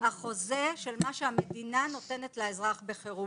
החוזה של מה שהמדינה נותנת לאזרח בחירום.